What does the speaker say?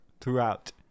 throughout